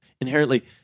inherently